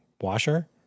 washer